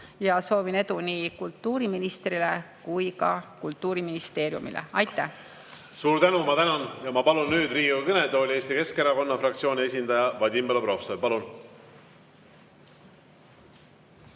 ja soovin edu nii kultuuriministrile kui ka Kultuuriministeeriumile. Aitäh! Suur tänu! Ma tänan. Ma palun nüüd Riigikogu kõnetooli Eesti Keskerakonna fraktsiooni esindaja Vadim Belobrovtsevi. Palun!